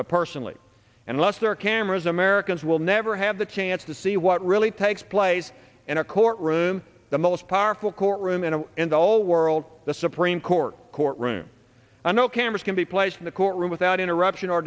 arguments personally unless there are cameras americans will never have the chance to see what really takes place in a courtroom the most powerful courtroom and in the whole world the supreme court courtroom on no cameras can be placed in the courtroom without interruption or